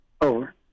Over